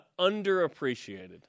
underappreciated